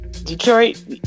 Detroit